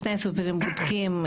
לפני הסופרים בודקים,